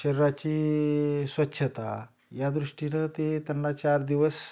शरीराची स्वच्छता या दृष्टीनं ते त्यांना चार दिवस